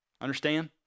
Understand